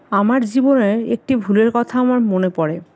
আমার জীবনের একটি ভুলের কথা আমার মনে পরে